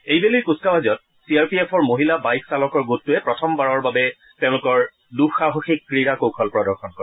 এই বেলিৰ কুচকাৱাজত চি আৰ পি এফৰ মহিলা বাইক চালকৰ গোটটোৱে প্ৰথমবাৰৰ বাবে তেওঁলোকৰ দুঃসাহসিক ক্ৰীড়া কৌশল প্ৰদৰ্শন কৰে